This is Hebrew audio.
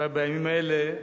אולי בימים האלה,